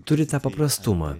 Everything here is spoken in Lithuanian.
turi tą paprastumą